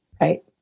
Right